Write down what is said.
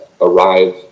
arrive